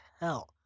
hell